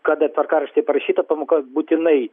kada tvarkaraštyje parašyta pamoka būtinai